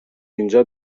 اینجا